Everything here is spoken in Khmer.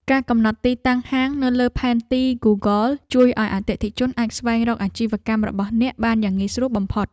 ការកំណត់ទីតាំងហាងនៅលើផែនទីហ្គូហ្គលជួយឱ្យអតិថិជនអាចស្វែងរកអាជីវកម្មរបស់អ្នកបានយ៉ាងងាយស្រួលបំផុត។